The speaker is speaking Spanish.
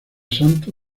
santo